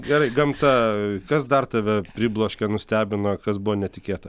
gerai gamta kas dar tave pribloškė nustebino kas buvo netikėta